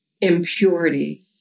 impurity